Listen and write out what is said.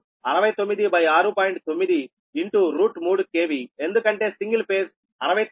93 KV ఎందుకంటే single phase 69 6